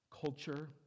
culture